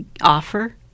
offer